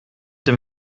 dem